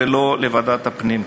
ולא לוועדת הפנים,